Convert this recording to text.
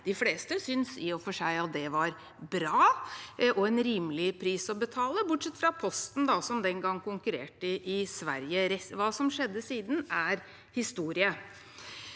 De fleste synes i og for seg det var bra og en rimelig pris å betale – bortsett fra Posten, da, som den gang konkurrerte i Sverige. Hva som skjedde siden, er historie.